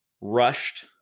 rushed